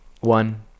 one